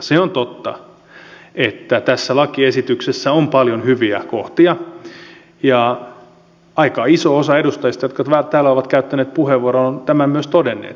se on totta että tässä lakiesityksessä on paljon hyviä kohtia ja aika iso osa edustajista jotka täällä ovat käyttäneet puheenvuoron on tämän myös todennut